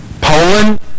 Poland